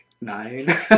nine